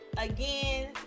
again